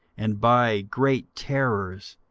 and by great terrors,